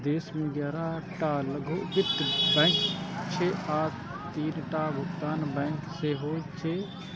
देश मे ग्यारह टा लघु वित्त बैंक छै आ तीनटा भुगतान बैंक सेहो छै